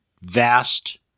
vast